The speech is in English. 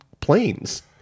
planes